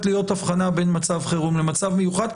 להיות הבחנה בין מצב חירום למצב מיוחד,